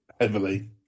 heavily